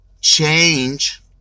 change